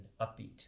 upbeat